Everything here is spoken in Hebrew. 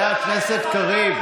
הכנסת אבוטבול.